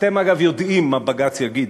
יודעים מה בג"ץ יגיד,